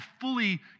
fully